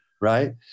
Right